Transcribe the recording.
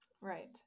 Right